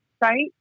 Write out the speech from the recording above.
right